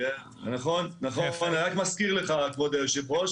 אני רק מזכיר לך כבוד יושב הראש,